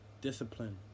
discipline